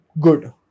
good